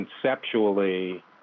conceptually